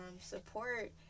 support